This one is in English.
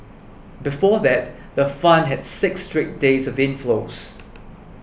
before that the fund had six straight days of inflows